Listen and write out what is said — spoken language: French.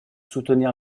soutenir